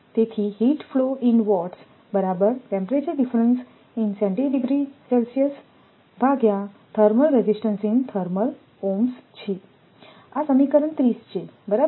તેથી આ સમીકરણ 30 છે બરાબર